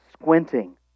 squinting